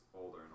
older